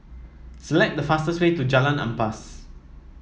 select the fastest way to Jalan Ampas